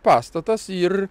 pastatas ir